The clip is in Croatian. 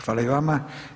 Hvala i vama.